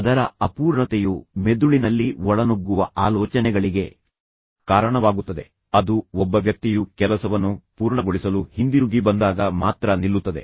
ಅದರ ಅಪೂರ್ಣತೆಯು ಮೆದುಳಿನಲ್ಲಿ ಒಳನುಗ್ಗುವ ಆಲೋಚನೆಗಳಿಗೆ ಕಾರಣವಾಗುತ್ತದೆ ಅದು ಒಬ್ಬ ವ್ಯಕ್ತಿಯು ಕೆಲಸವನ್ನು ಪೂರ್ಣಗೊಳಿಸಲು ಹಿಂದಿರುಗಿ ಬಂದಾಗ ಮಾತ್ರ ನಿಲ್ಲುತ್ತದೆ